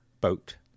boat